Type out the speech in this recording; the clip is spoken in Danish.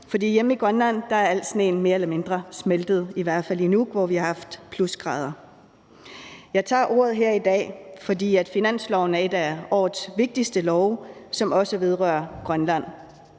for hjemme i Grønland er al sneen mere eller mindre smeltet, i hvert fald i Nuuk, hvor vi har haft plusgrader. Jeg tager ordet her i dag, fordi finansloven er en af årets vigtigste love, som også vedrører Grønland.